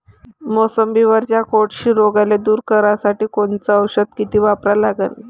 मोसंबीवरच्या कोळशी रोगाले दूर करासाठी कोनचं औषध किती वापरा लागन?